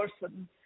person